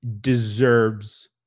deserves